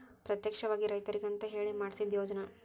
ಪ್ರತ್ಯೇಕವಾಗಿ ರೈತರಿಗಂತ ಹೇಳಿ ಮಾಡ್ಸಿದ ಯೋಜ್ನಾ